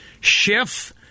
Schiff